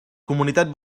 comunitat